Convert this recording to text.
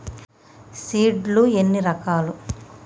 Seed లు ఎన్ని రకాలు?